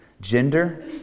gender